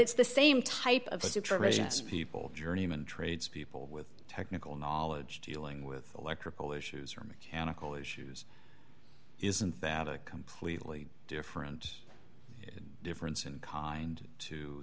it's the same type of situations people journeymen trades people with technical knowledge dealing with electrical issues or mechanical issues isn't that a completely different difference in kind to